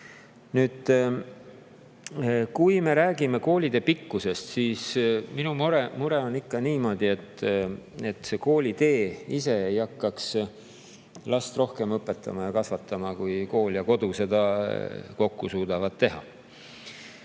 Nüüd, kui me räägime koolitee pikkusest, siis minu mure on ikka see, et koolitee ise ei hakkaks last rohkem õpetama ja kasvatama, kui kool ja kodu seda kokku suudavad teha.